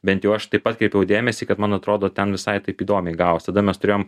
bent jau aš taip atkreipiau dėmesį kad man atrodo ten visai taip įdomiai gavos tada mes turėjom